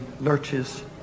lurches